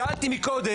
לכן שאלתי מקודם,